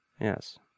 Yes